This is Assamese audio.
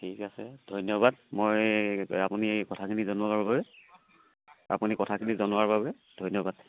ঠিক আছে ধন্যবাদ মই আপুনি কথাখিনি জনোৱাৰ বাবে আপুনি কথাখিনি জনোৱাৰ বাবে ধন্যবাদ